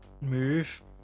move